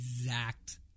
exact